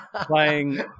playing